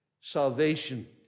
Salvation